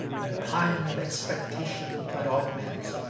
when pine and expectation but augment,